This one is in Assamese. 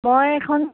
মই এখন